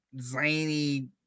zany